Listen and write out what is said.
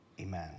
amen